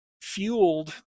fueled